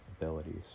abilities